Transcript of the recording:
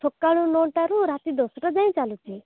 ସକାଳୁ ନଅଟାରୁ ରାତି ଦଶଟା ଯାଏଁ ଚାଲୁଛି